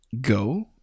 Go